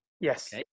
Yes